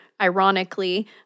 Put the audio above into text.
ironically